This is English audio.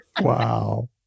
Wow